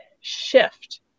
shift